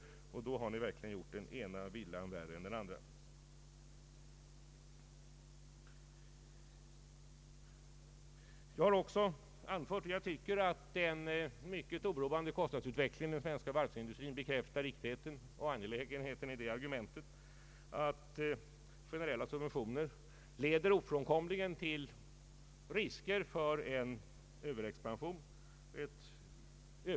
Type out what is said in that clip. Då har den verkligen gjort den ena villan värre än den andra. Jag menar också att den mycket oroande kostnadsutvecklingen inom svensk varvsindustri bekräftar angelägenheten av att undvika den risk som generella subventioner ofrånkomligen medför, nämligen risken att stimulera till en överexpansion.